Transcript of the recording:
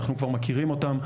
אנחנו כבר מכירים אותם.